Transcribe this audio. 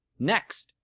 next,